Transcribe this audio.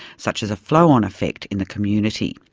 such as a flow-on effect in the community.